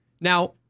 Now